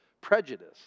prejudice